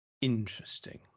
interesting